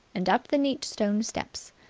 and up the neat stone steps.